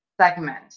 segment